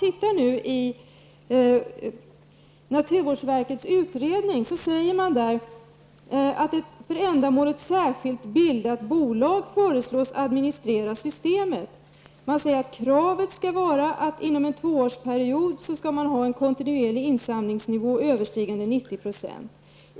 I naturvårdsverkets utredning heter det: Returbatts verksamhet bör vara att inom en tvåårsperiod från det att systemet trätt i kraft nå en kontinuerlig insamlingsnivå överstigande 90 %.